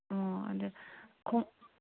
ꯑꯣ ꯑꯗꯨ ꯈꯣꯡ